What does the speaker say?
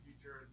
future